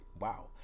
Wow